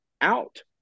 out